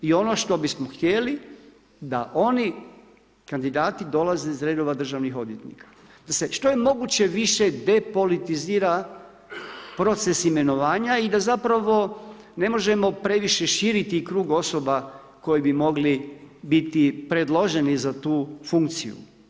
I ono što bismo htjeli da oni kandidati dolaze iz redova državnih odvjetnika, da se što je moguće više depolitizira proces imenovanja i da zapravo ne možemo previše širiti krug osoba koji bi mogli biti predloženi za tu funkciju.